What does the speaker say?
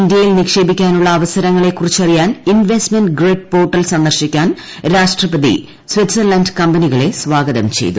ഇന്ത്യയിൽ നിക്ഷേപിക്കാനുള്ള അവസരങ്ങളെ കുറിച്ചറിയാൻ ഇൻവെസ്റ്റ്മെന്റ് ഗ്രിഡ് പോർട്ടൽ സന്ദർശിക്കാൻ രാഷ്ട്രപതി സിറ്റ്സർലന്റ് കമ്പനികളെ സ്വാഗതം ചെയ്തു